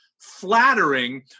flattering